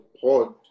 pod